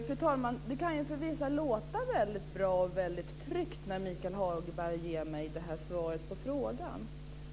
Fru talman! Det kan förvisso låta väldigt bra och väldigt tryggt när Michael Hagberg ger mig det här svaret på frågan.